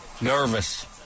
nervous